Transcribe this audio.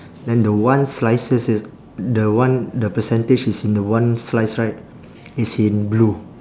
then the one slices is the one the percentage is in the one slice right it's in blue